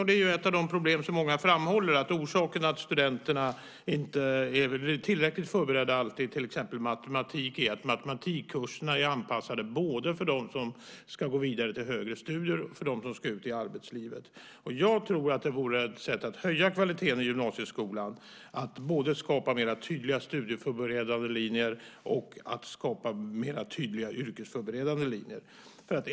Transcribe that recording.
Det är ju ett av de problem som många framhåller: Orsaken till att studenterna inte alltid är tillräckligt förberedda i exempelvis matematik är att matematikkurserna är anpassade både för dem som ska gå vidare till högre studier och för dem som ska ut i arbetslivet. Jag tror att det vore ett sätt att höja kvaliteten i gymnasieskolan att skapa både mera tydliga studieförberedande linjer och mera tydliga yrkesförberedande linjer.